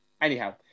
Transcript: Anyhow